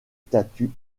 statuts